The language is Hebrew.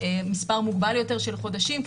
במספר מוגבל יותר של חודשים,